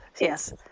Yes